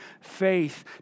faith